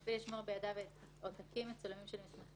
מפעיל יקבל לידיו מסמכים כמפורט